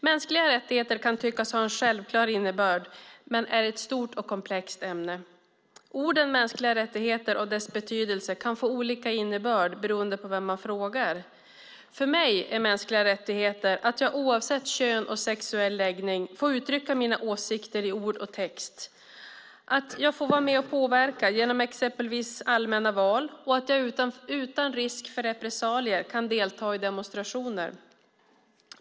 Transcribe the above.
Mänskliga rättigheter kan tyckas ha en självklar innebörd men är ett stort och komplext ämne. Orden mänskliga rättigheter och deras betydelse kan få olika innebörd beroende på vem man frågar. För mig är mänskliga rättigheter att jag oavsett kön och sexuell läggning får uttrycka mina åsikter i ord och text, att jag får vara med och påverka genom exempelvis allmänna val och att jag utan risk för repressalier kan delta i demonstrationer.